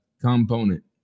component